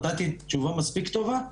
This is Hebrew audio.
נתתי תשובה מספיק טובה?